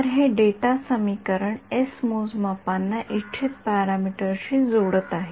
तर हे डेटा समीकरण एस मोजमापांना इच्छित पॅरामीटर शी जोडत आहे